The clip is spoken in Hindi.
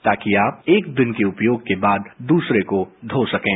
ताकि आप एक दिन के उपयोग के बाद दूसरे को धो सकें